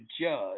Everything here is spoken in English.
judge